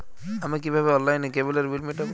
আমি কিভাবে অনলাইনে কেবলের বিল মেটাবো?